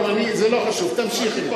מקום, זה לא חשוב, תמשיכי.